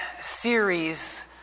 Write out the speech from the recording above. series